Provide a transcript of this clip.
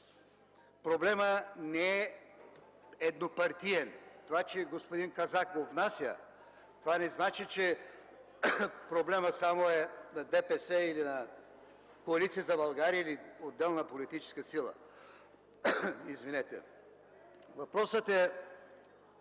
проблемът не е еднопартиен. Това, че господин Казак го внася не значи, че проблемът е само на ДПС или на Коалиция за България, или на отделна политическа сила. Въпросът е